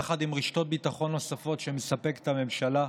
יחד עם רשתות ביטחון נוספות שמספקת הממשלה.